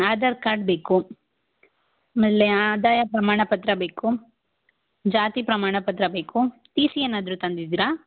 Aadhaar card ಬೇಕು ಆಮೇಲೆ ಆದಾಯ ಪ್ರಮಾಣ ಪತ್ರ ಬೇಕು ಜಾತಿ ಪ್ರಮಾಣ ಪತ್ರ ಬೇಕು ಟಿ ಸಿ ಏನಾದರೂ ತಂದಿದ್ದೀರಾ